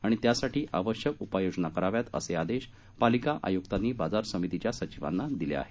आणि त्यासाठी आवश्यक असणाऱ्या उपाययोजना कराव्यात असे आदेश पालिका आयुक्तांनी बाजार समितीच्या सचिवांना दिल्या आहेत